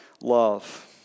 love